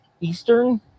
Eastern